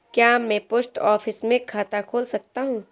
क्या मैं post office में खाता खोल सकता हूँ?